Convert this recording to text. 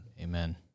Amen